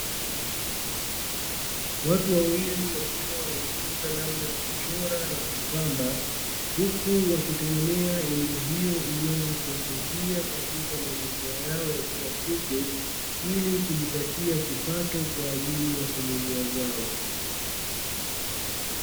Watu wawili wakiwa wanajifunza namna ya kuchora na kupamba, huku wakitegemea elimu hiyo iweze kuwasaidia katika mazingira yao ya kilasiku ili kujipatia kipato kwa ajili ya familia zao.